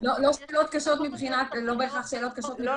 לא בעיות קשות מבחינת פרטיות,